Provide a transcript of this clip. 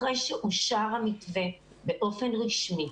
אחרי שאושר המתווה באופן רשמי,